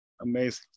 Amazing